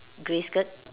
grey skirt